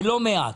ולא מעט.